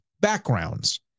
backgrounds